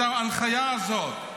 את ההנחיה הזאת,